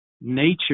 nature